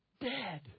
dead